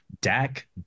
Dak